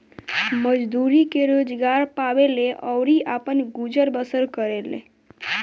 मजदूरी के रोजगार पावेले अउरी आपन गुजर बसर करेले